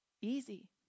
Easy